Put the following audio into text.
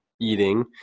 eating –